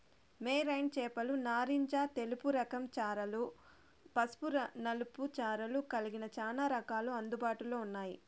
marine చేపలు నారింజ తెలుపు రకం చారలు, పసుపు నలుపు చారలు కలిగిన చానా రకాలు అందుబాటులో ఉన్నాయి